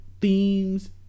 themes